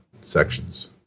sections